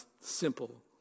simple